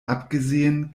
abgesehen